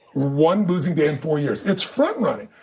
one losing day in four years. it's front running.